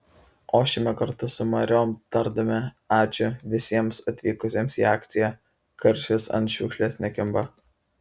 ošiame kartu su mariom tardami ačiū visiems atvykusiems į akciją karšis ant šiukšlės nekimba